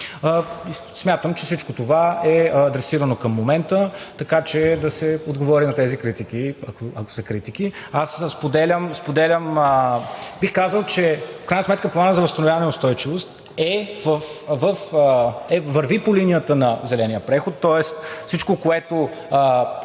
Смятам, че всичко това е адресирано към момента, така че да се отговори на тези критики, ако са критики. Аз споделям. Бих казал, че в крайна сметка Планът за възстановяване и устойчивост върви по линията на зеления преход, тоест всичко, което